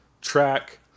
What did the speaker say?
track